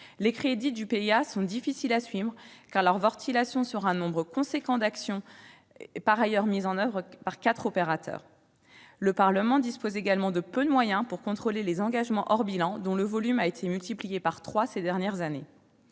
Les crédits du PIA sont difficiles à suivre, car ils sont ventilés sur un grand nombre d'actions, ces dernières étant mises en oeuvre par quatre opérateurs. Le Parlement dispose également de peu de moyens pour contrôler les engagements hors bilan, dont le volume a été multiplié par trois ces dernières années.